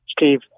Steve